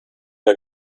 der